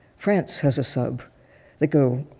france has a sub that go,